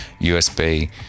USB